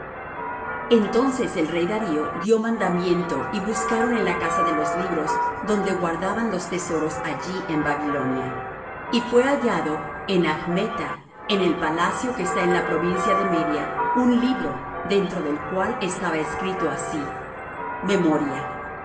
entonces el rey darío dió mandamiento y buscaron en la casa de los libros donde guardaban los tesoros allí en babilonia y fué hallado en achmetta en el palacio que está en la provincia de media un libro dentro del cual estaba escrito así memoria